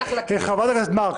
חברת הכנסת מארק,